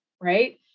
right